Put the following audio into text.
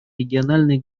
региональной